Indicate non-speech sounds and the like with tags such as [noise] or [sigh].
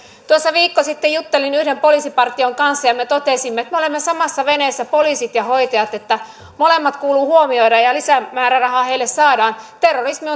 viikko sitten juttelin yhden poliisipartion kanssa ja ja me totesimme että me olemme samassa veneessä poliisit ja hoitajat että molemmat kuuluu huomioida ja lisämäärärahaa heille saadaan terrorismi [unintelligible]